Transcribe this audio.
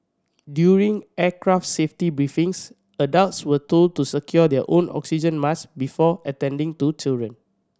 during aircraft safety briefings adults were told to secure their own oxygen mask before attending to children